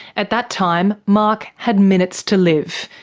at that time, mark had minutes to live,